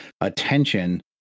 attention